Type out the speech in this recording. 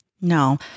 No